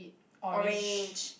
orange